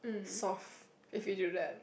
soft if you do that